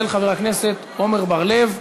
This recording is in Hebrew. של חבר הכנסת עמר בר-לב.